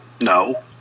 No